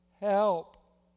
help